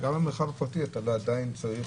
לפעמים צריך